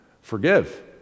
forgive